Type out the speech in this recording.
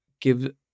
give